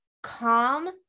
calm